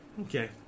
Okay